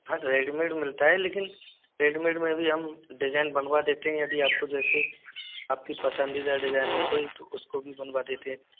हाँ रेडीमेड मिलता है लेकिन रेडीमेड में भी हम डिजाइन बनवा देते हैं यदि आपको जैसे आपकी पसंदीदा डिजाइन हो कोई तो उसको भी बनवा देते हैं